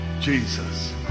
Jesus